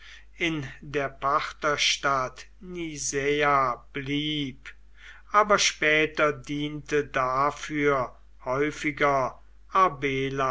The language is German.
in der partherstadt nisaea blieb aber später diente dafür häufiger